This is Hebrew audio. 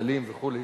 אוהלים וכו'.